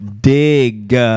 dig